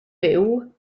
byw